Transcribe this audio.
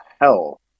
hell